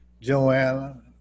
Joanna